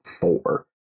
four